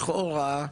לכאורה,